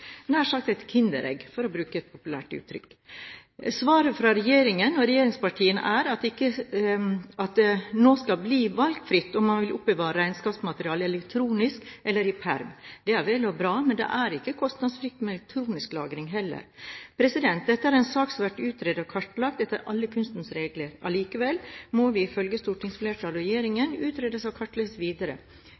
nær sagt et kinderegg, for å bruke et populært uttrykk. Svaret fra regjeringen og regjeringspartiene er at det nå skal bli valgfritt om man vil oppbevare regnskapsmateriale elektronisk eller i perm. Det er vel og bra, men det er heller ikke kostnadsfritt med elektronisk lagring. Dette er en sak som har vært utredet og kartlagt etter alle kunstens regler. Allikevel må det, ifølge stortingsflertallet og regjeringen, utredes og kartlegges videre.